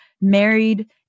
married